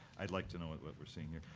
i'd like to know what what we're seeing here.